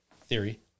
theory